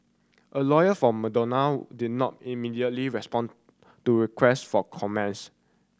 a lawyer for Madonna did not immediately respond to request for